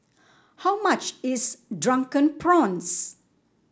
how much is Drunken Prawns